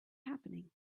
happening